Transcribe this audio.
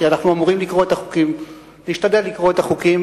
כי אנחנו אמורים להשתדל לקרוא את החוקים,